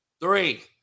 Three